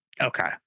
Okay